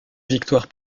victoire